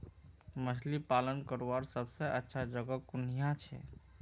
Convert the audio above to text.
मछली पालन करवार सबसे अच्छा जगह कुनियाँ छे?